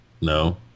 No